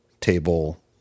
table